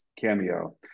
cameo